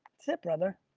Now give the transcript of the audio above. that's it brother.